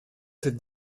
cette